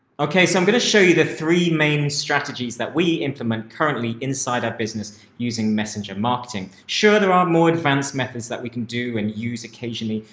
okay, so i'm going to show you the three main strategies that we implement currently inside our business using messenger marketing. sure there are more advanced methods that we can do and use occasionally,